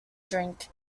drink